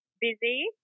Busy